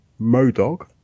MoDog